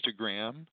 Instagram